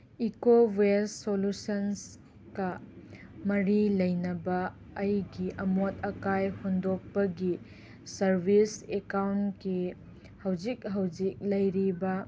eco ꯋꯦꯁ ꯁꯣꯂꯨꯁꯟꯁꯀ ꯃꯔꯤ ꯂꯩꯅꯕ ꯑꯩꯒꯤ ꯑꯃꯣꯠ ꯑꯀꯥꯏ ꯍꯨꯟꯗꯣꯛꯄꯒꯤ ꯁꯥꯔꯕꯤꯁ ꯑꯦꯛꯀꯥꯎꯟꯀꯤ ꯍꯧꯖꯤꯛ ꯍꯧꯖꯤꯛ ꯂꯩꯔꯤꯕ